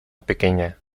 pequeña